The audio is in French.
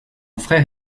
frère